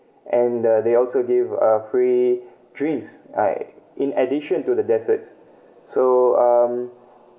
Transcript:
and uh they also give uh free drinks like in addition to the dessert so um